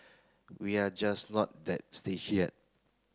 we are just not that stage yet